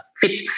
fit